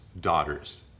daughters